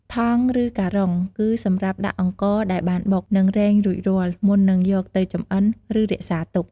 ថង់ ឬការ៉ុង គឺសម្រាប់ដាក់អង្ករដែលបានបុក និងរែងរួចរាល់ មុននឹងយកទៅចម្អិន ឬរក្សាទុក។